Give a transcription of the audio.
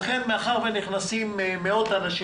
לכן מאחר שנכנסים מאות אנשים,